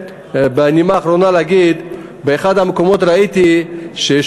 בנימה אחרונה אני רוצה להגיד שבאחד המקומות ראיתי ששר